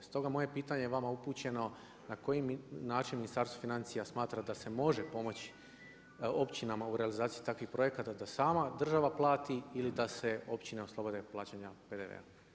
Stoga moje pitanje vama upućeno na koji način Ministarstvo financija smatra da može pomoći općinama u realizaciji takvih projekata, da sama država plati ili da se općine oslobode plaćanja PDV-a?